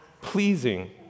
pleasing